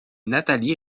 nathalie